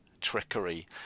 trickery